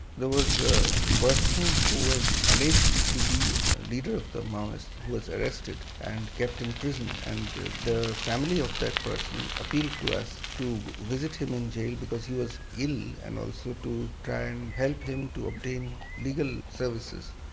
there was a person who was alleged to be a leader of the maoists who was arrested and kept in prison and the family of that person appealed to us to visit him in jail because he was ill and also to try and help him to obtain legal services.